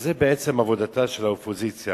זו בעצם עבודתה של האופוזיציה.